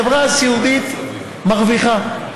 החברה הסיעודית מרוויחה.